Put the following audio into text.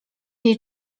jej